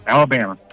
Alabama